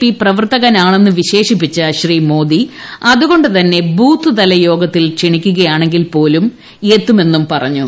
P പ്രവർത്തകനാണെന്ന് വിശേഷിപ്പിച്ച ശ്രീ മോദി അതുകൊണ്ട് തന്നെ ബൂത്ത് തല യോഗത്തിൽ ക്ഷണിക്കുകയാണെങ്കിൽ പോലും സന്നിഹിതനാവുമെന്ന് പറഞ്ഞു